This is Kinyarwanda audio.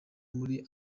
muri